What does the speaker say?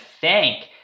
thank